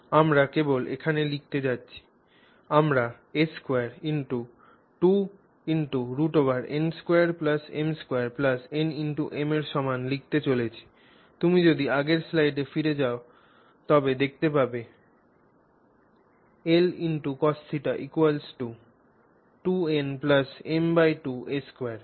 আমরা কেবল এখানে লিখতে যাচ্ছি আমরা a22 √n2m2n m এর সমান লিখতে চলেছি তুমি যদি আগের স্লাইডে ফিরে যাও তবে দেখতে পাবে l x cos θ 2n m2 a2